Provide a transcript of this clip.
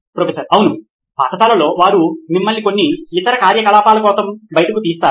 professor అవును పాఠశాలలో వారు మిమ్మల్ని కొన్ని ఇతర కార్యకలాపాల కోసం బయటకు తీస్తారు